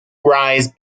rise